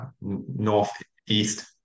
northeast